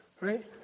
right